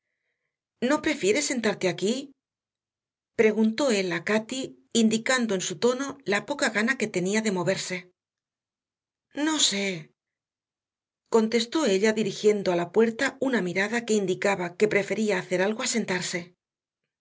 no prefieres sentarte aquí preguntó él a cati indicando en su tono la poca gana que tenía de moverse no sé contestó ella dirigiendo a la puerta una mirada que indicaba que prefería hacer algo a sentarse